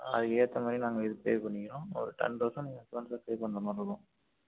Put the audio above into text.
அதுக்கேற்ற மாதிரி நாங்கள் அதுக்கு பே பண்ணிக்கிறோம் ஒரு டென் தெளசண்ட் அட்வான்ஸாக பே பண்ணுற மாதிரிருக்கும்